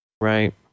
Right